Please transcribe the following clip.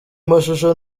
mashusho